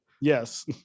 Yes